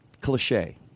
cliche